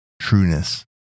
trueness